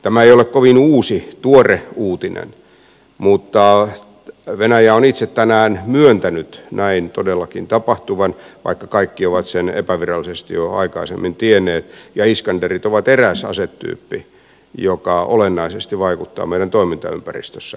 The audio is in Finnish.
tämä ei ole kovin uusi tuore uutinen mutta venäjä on itse tänään myöntänyt näin todellakin tapahtuvan vaikka kaikki ovat sen epävirallisesti jo aikaisemmin tienneet ja iskanderit ovat eräs asetyyppi joka olennaisesti vaikuttaa meidän toimintaympäristössämme